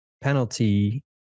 penalty